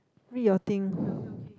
read your thing